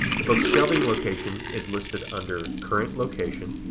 the book's shelving location is listed under current location.